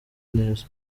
neza